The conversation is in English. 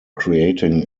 creating